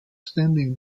standing